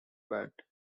bad